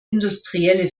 industrielle